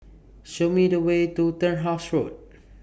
Show Me The Way to Turnhouse Road